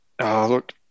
look